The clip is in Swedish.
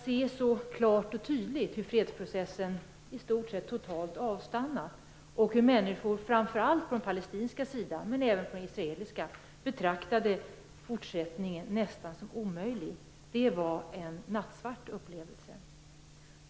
Men att så klart och tydligt se hur fredsprocessen i stort sett totalt avstannat och hur människor framför allt på den palestinska sidan, men även på den israeliska sidan, betraktade en fortsättning som nästan omöjlig var en nattsvart upplevelse.